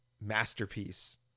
masterpiece